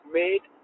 made